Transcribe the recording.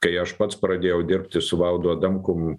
kai aš pats pradėjau dirbti su valdu adamkum